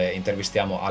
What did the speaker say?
intervistiamo